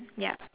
ya